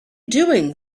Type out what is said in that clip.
doing